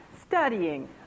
studying